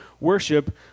worship